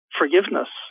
forgiveness